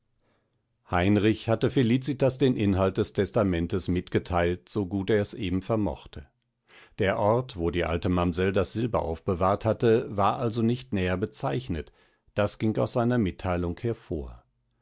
heinrich hatte felicitas den inhalt des testamentes mitgeteilt so gut er es eben vermochte der ort wo die alte mamsell das silber aufbewahrt hatte war also nicht näher bezeichnet das ging aus seiner mitteilung hervor